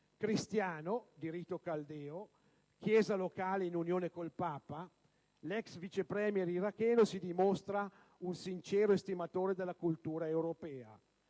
Cristiano, di rito caldeo, Chiesa locale in unione con il Papa, l'ex Vice *Premier* iracheno si dimostra un sincero estimatore della cultura europea.